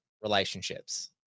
relationships